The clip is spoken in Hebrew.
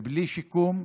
ובלי שיקום,